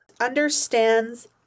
understands